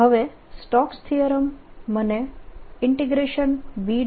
હવે Stokes theorem મને B